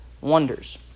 wonders